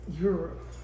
Europe